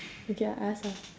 okay I ask ah